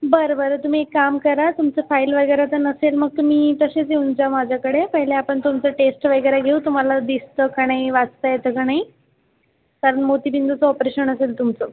बरं बरं तुम्ही एक काम करा तुमचं फाइल वगैरे जर नसेल मग तुम्ही तसेच येऊन जा माझ्याकडे पहिले आपण तुमचं टेस्ट वगैरे घेऊ तुम्हाला दिसतं का नाही वाचता येतं का नाही तर मोतीबिंदूचं ऑपरेशन असेल तुमचं